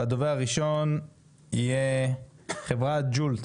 הדובר הראשון יהיה דורון, נציג חברתJOLT